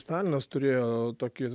stalinas turėjo tokį